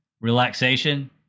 relaxation